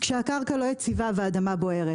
כשהקרקע לא יציבה והאדמה בוערת?